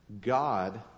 God